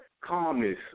calmness